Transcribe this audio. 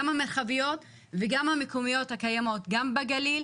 גם המרחביות וגם המקומיות הקיימות גם בגליל,